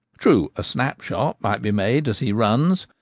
true, a snap-shot might be made as he runs,